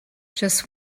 just